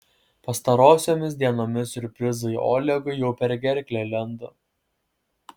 pastarosiomis dienomis siurprizai olegui jau per gerklę lenda